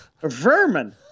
Vermin